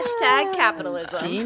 capitalism